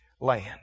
land